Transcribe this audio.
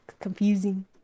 confusing